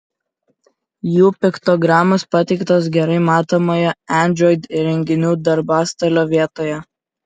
jų piktogramos pateiktos gerai matomoje android įrenginių darbastalio vietoje